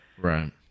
Right